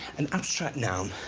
an abstract noun.